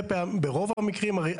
ברוב המקרים,